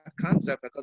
concept